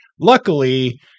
luckily